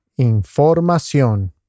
información